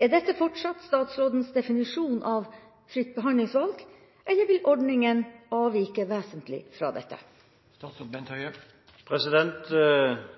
Er dette fortsatt statsrådens definisjon av «fritt behandlingsvalg», eller vil ordningen avvike vesentlig fra dette?»